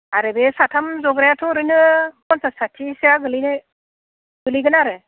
आरो बे साथाम जग्रायाथ' ओरैनो पन्सास साथिसोआ गोग्लैयो गोग्लैगोन आरो